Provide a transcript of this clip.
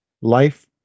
life